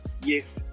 yes